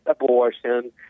abortion